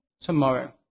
tomorrow